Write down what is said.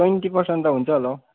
twenty percent त हुन्छ होला हो